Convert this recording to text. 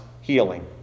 healing